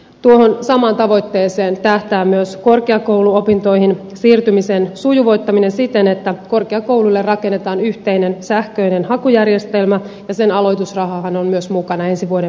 tuohon samaan tavoitteeseen tähtää myös korkeakouluopintoihin siirtymisen sujuvoittaminen siten että korkeakouluille rakennetaan yhteinen sähköinen hakujärjestelmä ja sen aloitusrahahan on myös mukana ensi vuoden budjetissa